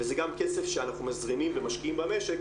וזה גם כסף שאנחנו מזרימים ומשקיעים במשק,